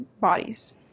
bodies